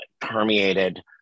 permeated